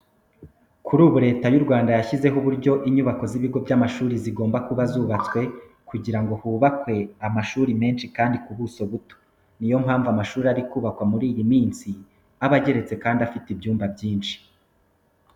Kuri ubu Leta y'u Rwanda yashyizeho uburyo inyubako z'ibigo by'amashuri bigomba kuba zubatswe kugira ngo hubakwe amashuri menshi kandi ku buso buto. Niyo mpamvu amashuri ari kubakwa muri iyi minsi aba ageretse kandi afite ibyumba byinshi.